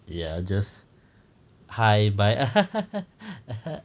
ya just hi bye